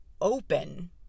open